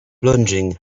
plunging